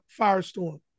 Firestorm